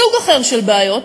סוג אחר של בעיות